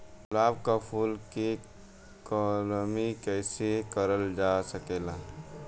गुलाब क फूल के कलमी कैसे करल जा सकेला?